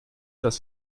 das